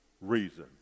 reason